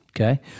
Okay